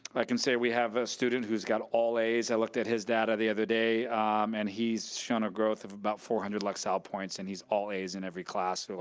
i can say we have a student who's got all as. i looked at his data the other day um and he's shown a growth of about four hundred lexile points and he's all as in every class, so,